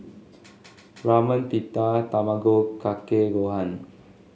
Ramen Pita Tamago Kake Gohan